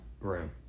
room